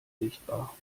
sichtbar